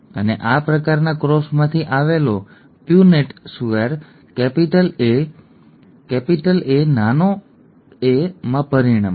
અને આ પ્રકારના ક્રોસમાંથી આવેલો Punnett square capital A capital A capital A capital A નાનો A અને કેપિટલ A માં પરિણમશે